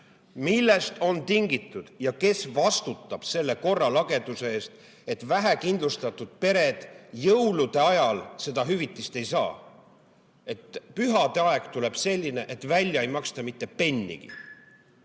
Millest on tingitud ja kes vastutab selle korralageduse eest, et vähekindlustatud pered jõulude ajal seda hüvitist ei saa, [selle eest], et pühade aeg tuleb selline, et välja ei maksta mitte pennigi?